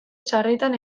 sarritan